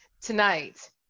tonight